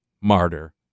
Martyr